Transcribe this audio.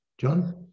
John